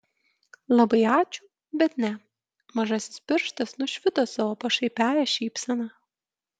labai ačiū bet ne mažasis pirštas nušvito savo pašaipiąja šypsena